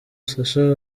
sacha